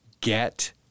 get